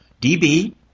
DB